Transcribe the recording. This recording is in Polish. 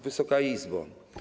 Wysoka Izbo!